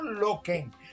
looking